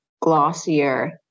glossier